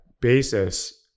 basis